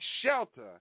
shelter